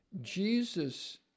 Jesus